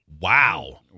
Wow